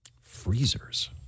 Freezers